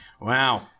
Wow